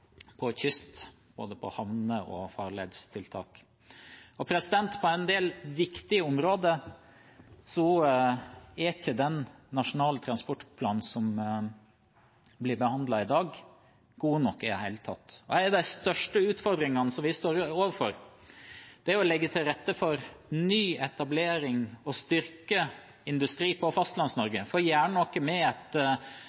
på kyst, på både havne- og farledstiltak. På en del viktige områder er ikke den nasjonale transportplanen som blir behandlet i dag, god nok i det hele tatt. En av de største utfordringene vi står overfor, er å legge til rette for ny etablering og styrke